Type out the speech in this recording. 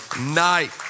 night